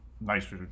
nice